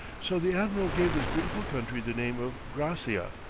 so the admiral gave this beautiful country the name of gracia,